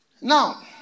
Now